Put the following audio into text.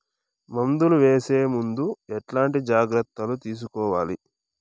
మందులు వేసే ముందు ఎట్లాంటి జాగ్రత్తలు తీసుకోవాలి?